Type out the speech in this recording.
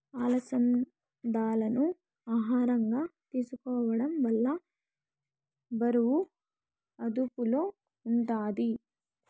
అలసందాలను ఆహారంగా తీసుకోవడం వల్ల బరువు అదుపులో ఉంటాది